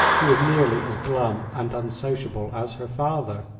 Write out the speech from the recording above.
who was nearly as glum and unsociable as her father.